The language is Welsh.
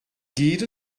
gyd